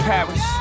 Paris